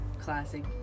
classic